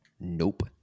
Nope